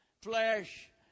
flesh